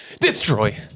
destroy